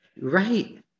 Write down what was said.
Right